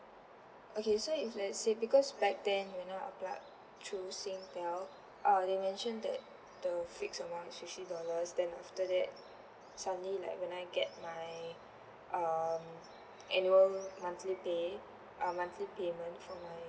okay so if let's say because back then you know I applied through singtel uh they mentioned that the fixed amount is fifty dollars then after that suddenly like when I get my err annual monthly pay uh monthly payment for my